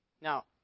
Now